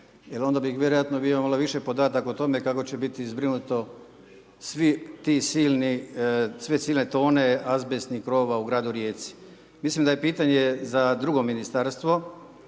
jer onda bih vjerojatno bio malo više podataka o tome kako će biti zbrinuto svih ti slini, sve silne tone azbestnih krovova u Gradu Rijeci. Mislim da je pitanje za drugo Ministarstvo